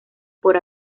por